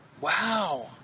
Wow